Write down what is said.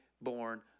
born